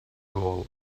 rôl